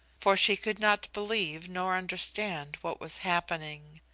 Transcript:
for she could not believe nor understand what was happening.